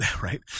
Right